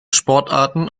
sportarten